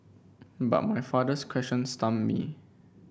but my father's question stumped me